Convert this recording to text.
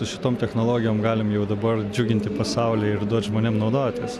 su šitom technologijom galim jau dabar džiuginti pasaulį ir duot žmonėm naudotis